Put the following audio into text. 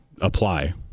apply